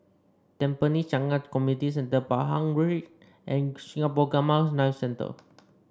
Tampine Changkat Community Centre Pahang Street and Singapore Gamma Knife Centre